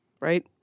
right